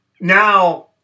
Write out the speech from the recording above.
now